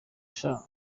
sha